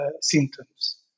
symptoms